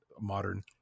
modern